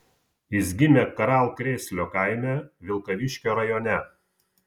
jis gimė karalkrėslio kaime vilkaviškio rajone